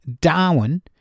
Darwin